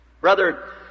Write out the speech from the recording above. Brother